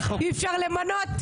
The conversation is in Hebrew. אי-אפשר למנות?